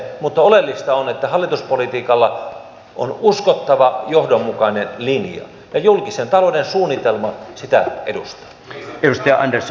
mutta oleellista on että hallituspolitiikalla on uskottava johdonmukainen linja ja julkisen talouden suunnitelma sitä edustaa